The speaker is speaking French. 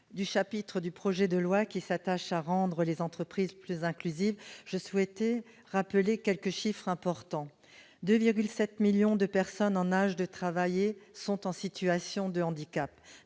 du chapitre du projet de loi qui s'attache à rendre les entreprises plus inclusives, je souhaite rappeler quelques chiffres importants : 2,7 millions de personnes en âge de travailler sont en situation de handicap,